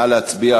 נא להצביע.